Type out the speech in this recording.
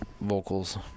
vocals